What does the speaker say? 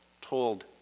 told